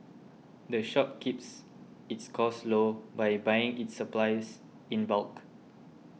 the shop keeps its costs low by buying its supplies in bulk